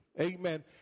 amen